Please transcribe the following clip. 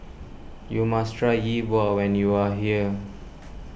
you must try Yi Bua when you are here